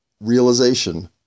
realization